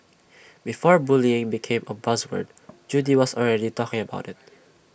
before bullying became buzz word Judy was already talking about IT